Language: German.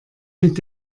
mit